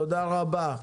תודה רבה.